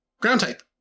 Ground-type